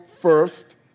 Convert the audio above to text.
first